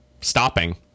stopping